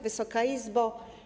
Wysoka Izbo!